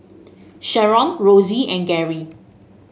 Sherron Rosey and Gary